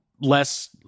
less